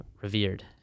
revered